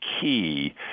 key